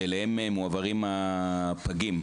שאליהם מועברים הפגים.